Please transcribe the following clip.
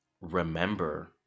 remember